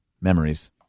memories